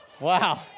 Wow